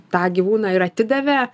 tą gyvūną ir atidavė